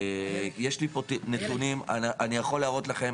יש לי פה נתונים, אני יכול להראות לכם.